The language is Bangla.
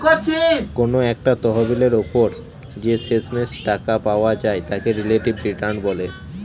কোনো একটা তহবিলের ওপর যে শেষমেষ টাকা পাওয়া যায় তাকে রিলেটিভ রিটার্ন বলে